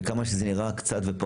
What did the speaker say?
וכמה שזה נראה פעוט,